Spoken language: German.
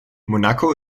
monaco